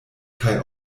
kaj